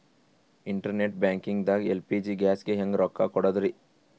Internet banking ದಾಗ LPG ಗ್ಯಾಸ್ಗೆ ಹೆಂಗ್ ರೊಕ್ಕ ಕೊಡದ್ರಿ?